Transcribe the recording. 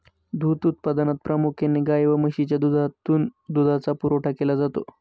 दूध उत्पादनात प्रामुख्याने गाय व म्हशीच्या दुधातून दुधाचा पुरवठा केला जातो